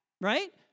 right